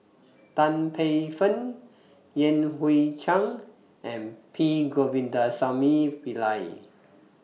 Tan Paey Fern Yan Hui Chang and P Govindasamy Pillai